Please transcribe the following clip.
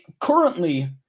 Currently